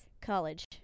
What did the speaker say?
college